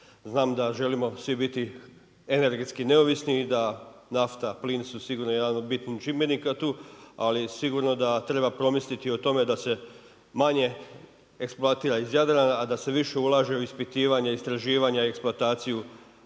Znam da želimo svi biti energetski neovisni i da nafta, plin, su sigurno jedan od bitnih čimbenika tu. Ali, sigurno da treba promisliti o tome, da se manje eksploatira iz Jadrana a da se više ulaže u ispitivanje, istraživanje, eksplatacije,